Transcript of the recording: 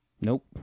Nope